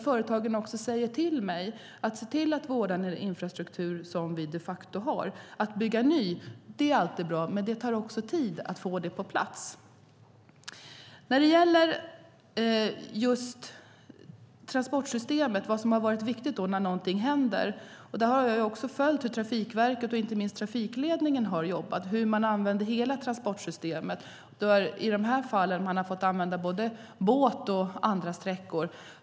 Företagen säger till mig: Se till att vårda den infrastruktur som vi har! Att bygga ny infrastruktur är alltid bra, men det tar tid att få det på plats. Så till transportsystemet och vad som har varit viktigt när något händer. Där har jag följt hur Trafikverket och inte minst trafikledningen har jobbat, hur man använder hela transportsystemet. I de fallen har man fått använda både båt och andra sträckor.